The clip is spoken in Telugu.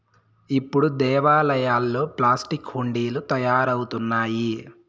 ఇప్పుడు దేవాలయాల్లో ప్లాస్టిక్ హుండీలు తయారవుతున్నాయి